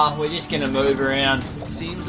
um we're just gonna move around